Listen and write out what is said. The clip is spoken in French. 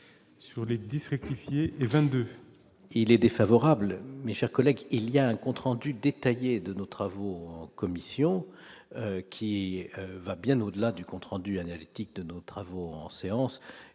sur les dix, rectifier les 22. Il est défavorable mais, chers collègues, il y a un compte rendu détaillé de nos travaux en commission qui va bien au-delà du compte rendu analytique de nos travaux en séance